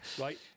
Right